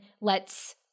lets